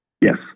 yes